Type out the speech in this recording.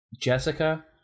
Jessica